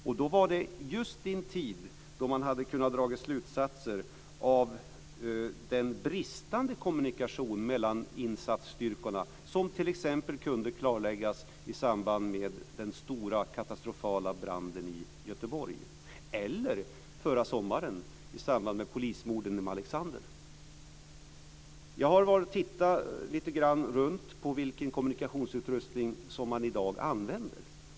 Det var just i en tid då man hade kunnat dra slutsatser av den bristande kommunikationen mellan insatsstyrkorna, som t.ex. kunde klarläggas i samband med den stora katastrofala branden i Göteborg eller förra sommaren i samband med polismorden i Malexander. Jag har varit och tittat lite grann på vilken kommunikationsutrustning som man i dag använder.